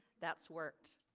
that's worked.